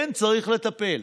כן צריך לטפל.